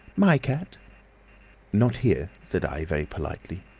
my cat not here said i, very politely.